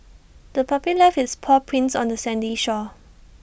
the puppy left its paw prints on the sandy shore